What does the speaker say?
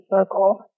circle